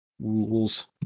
rules